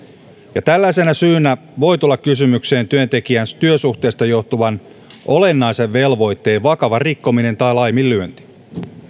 ja tällaisena syynä voi tulla kysymykseen työntekijän työsuhteesta johtuvan olennaisen velvoitteen vakava rikkominen tai laiminlyönti